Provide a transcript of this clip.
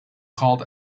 called